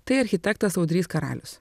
tai architektas audrys karalius